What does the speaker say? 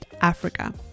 Africa